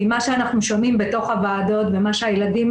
כי מה שאנחנו שומעים בתוך הוועדות ומה שהילדים